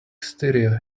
stereo